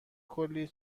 کلی